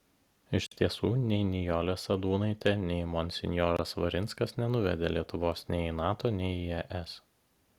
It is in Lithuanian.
iš tiesų nei nijolė sadūnaitė nei monsinjoras svarinskas nenuvedė lietuvos nei į nato nei į es